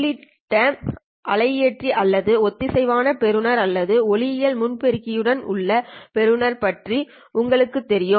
உள்ளிட அலையியற்றி அல்லது ஒத்திசைவான பெறுபவர் அல்லது ஒளியியல் முன் பெருக்கிகள் உடன் உள்ள பெறுபவர் இருப்பது பற்றி உங்களுக்குத் தெரியும்